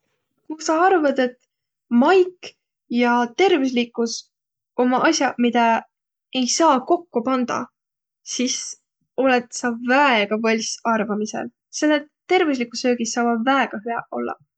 Ku sa arvat, et maik ja tervüslikkus ommaq as'aq, midä ei saaq kokko pandaq, sis olõt sa väega võlss arvamisõl, selle et tervüsliguq söögiq saavaq väega hüäq ollaq.